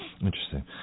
Interesting